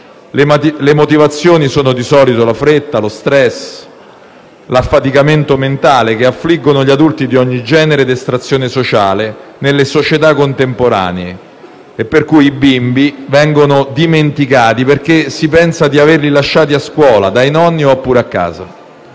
Le motivazioni sono di solito la fretta, lo *stress* e l'affaticamento mentale, che affliggono gli adulti di ogni genere ed estrazione sociale nelle società contemporanee, per cui i bimbi vengono dimenticati perché si pensa di averli lasciati a scuola, dai nonni oppure a casa.